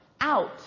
out